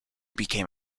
became